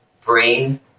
Brain